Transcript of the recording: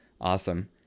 Awesome